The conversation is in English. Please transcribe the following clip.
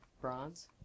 bronze